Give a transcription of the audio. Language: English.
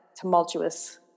tumultuous